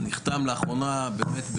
נחתם לאחרונה באמת,